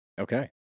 Okay